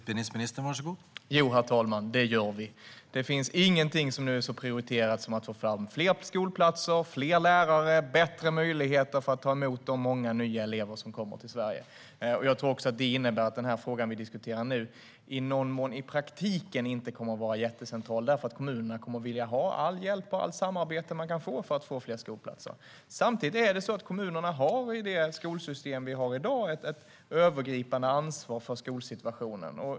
Herr talman! Jo, det gör vi. Det finns ingenting som är så prioriterat som att få fram fler skolplatser, fler lärare och bättre möjligheter att ta emot de många nya elever som kommer till Sverige. Jag tror att det också innebär att den fråga vi nu diskuterar i praktiken inte kommer att vara jättecentral, för kommunerna kommer att vilja ha all hjälp och allt samarbete de kan få för att få fler skolplatser. Samtidigt har kommunerna i det skolsystem vi har i dag ett övergripande ansvar för skolsituationen.